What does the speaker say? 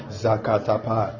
zakatapa